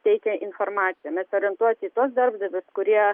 teikia informaciją mes orientuoti į tuos darbdavius kurie